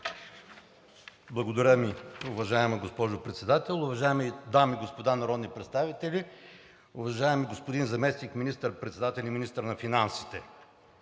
Благодаря Ви, уважаема госпожо Председател. Уважаеми дами и господа народни представители! Уважаеми господин заместник министър председател и министър на финансите,